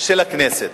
של הכנסת.